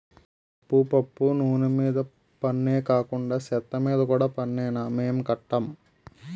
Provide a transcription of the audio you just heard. ఉప్పు పప్పు నూన మీద పన్నే కాకండా సెత్తమీద కూడా పన్నేనా మేం కట్టం